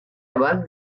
abad